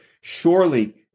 surely